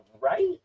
right